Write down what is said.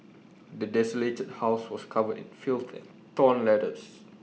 the desolated house was covered in filth and torn letters